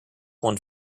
one